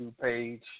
page